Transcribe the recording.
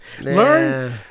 Learn